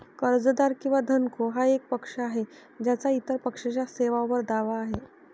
कर्जदार किंवा धनको हा एक पक्ष आहे ज्याचा इतर पक्षाच्या सेवांवर दावा आहे